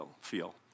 feel